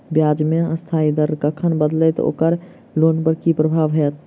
ब्याज केँ अस्थायी दर कखन बदलत ओकर लोन पर की प्रभाव होइत?